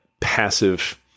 passive